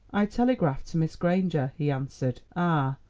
i telegraphed to miss granger, he answered. ah!